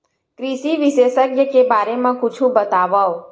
कृषि विशेषज्ञ के बारे मा कुछु बतावव?